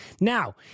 now